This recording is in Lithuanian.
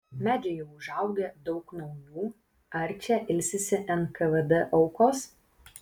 medžiai jau užaugę daug naujų ar čia ilsisi nkvd aukos